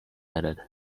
added